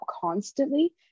constantly